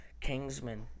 Kingsman